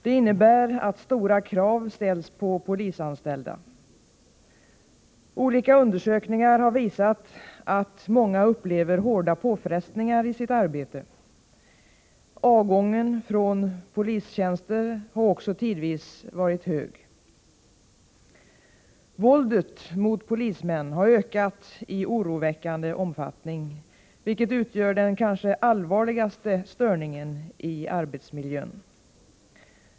Detta innebär att stora krav ställs på polisanställda. Olika undersökningar har visat att många upplever hårda påfrestningar i sitt arbete. Avgången från polistjänster har också tidvis varit hög. Våldet mot polismän har ökat i oroväckande omfattning, vilket utgör den kanske allvarligaste störningen i arbetsmiljön.